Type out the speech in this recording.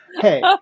Hey